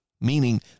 meaning